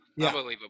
Unbelievable